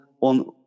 on